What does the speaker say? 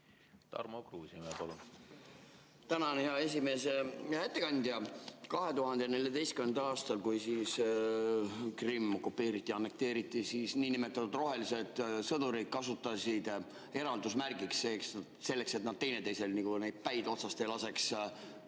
Tarmo Kruusimäe, palun! Tänan, hea esimees! Hea ettekandja! 2014. aastal, kui Krimm okupeeriti-annekteeriti, siis niinimetatud rohelised sõdurid kasutasid eraldusmärgina – selleks, et nad teineteisel päid otsast ei laseks